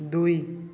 ଦୁଇ